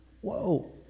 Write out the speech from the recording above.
Whoa